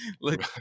look